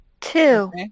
Two